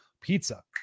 pizza